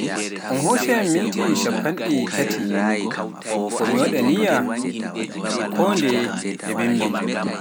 miniti shappande taati waɗa niyyam e koyande bimbi.